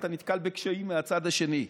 אתה נתקל בקשיים מהצד השני.